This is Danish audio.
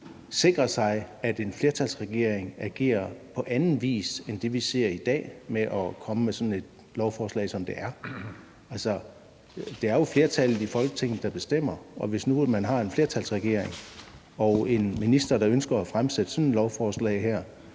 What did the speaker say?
sikre, at en flertalsregering agerer på anden vis end det, vi ser i dag, hvor den kommer med sådan et lovforslag, som det her er? Altså, det er jo flertallet i Folketinget, der bestemmer, og hvis nu man har en flertalsregering og en minister, der ønsker at fremsætte sådan et lovforslag her,